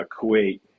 Kuwait